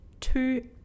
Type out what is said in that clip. two